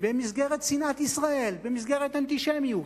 במסגרת שנאת ישראל, במסגרת אנטישמיות,